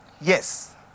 Yes